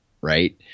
right